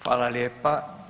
Hvala lijepa.